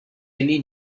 really